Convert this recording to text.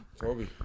Toby